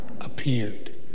appeared